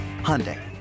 Hyundai